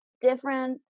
different